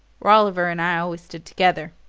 rolliver and i always stood together,